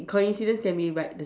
coincidence can be like the